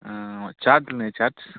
చార్ట్లు ఉన్నాయా చార్ట్స్